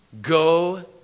go